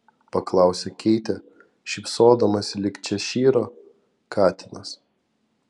paklausė keitė šypsodamasi lyg češyro katinas